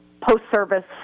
post-service